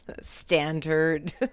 standard